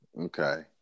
Okay